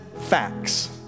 facts